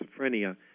schizophrenia